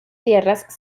tierras